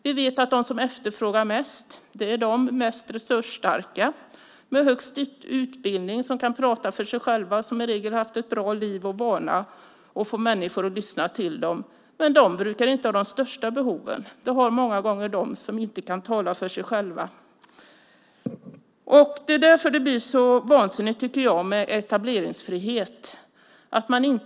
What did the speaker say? Vi vet att de som efterfrågar mest är de mest resursstarka, med högst utbildning som kan prata för sig själva, som i regel har haft ett bra liv och är vana att få människor att lyssna till sig. Men de brukar inte ha de största behoven. Det har många gånger de som inte kan tala för sig själva. Det är därför jag tycker att etableringsfrihet blir så vansinnigt.